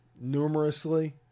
numerously